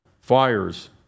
fires